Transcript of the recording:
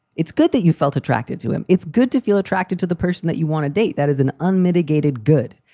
it's good that you felt attracted to him. it's good to feel attracted to the person that you want to date. that is an unmitigated good.